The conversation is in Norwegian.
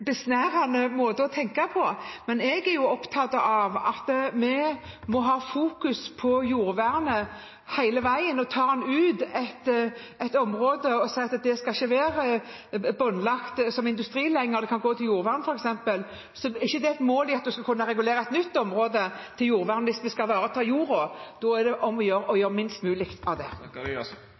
jordvernet hele veien. Tar man ut et område og sier at det ikke skal være båndlagt for industri lenger, men kan gå til jordvern f.eks., er det ikke et mål at man skal regulere et nytt område til jordvern hvis man skal ivareta jorden. Da er det om å gjøre at vi gjør minst mulig av det.